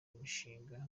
imishinga